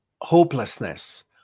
hopelessness